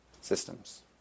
systems